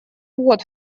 вот